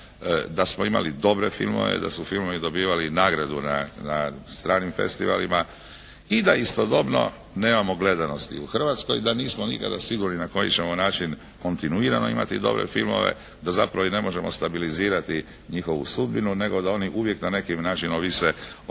da smo imali dobre filmove, da su filmovi dobivali nagradu na stranim festivalima i da istodobno nemamo gledanosti u Hrvatskoj, da nismo nikada sigurni na koji ćemo način kontinuirano imati dobre filmove, da zapravo i ne možemo stabilizirati njihovu sudbinu, nego da oni uvijek na neki način ovise i previše